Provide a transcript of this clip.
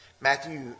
Matthew